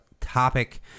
topic